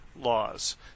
laws